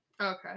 Okay